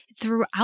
throughout